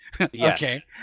Okay